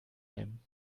nehmen